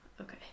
okay